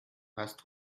hast